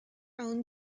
own